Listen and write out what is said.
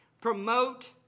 Promote